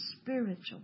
spiritual